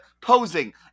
Posing